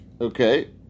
Okay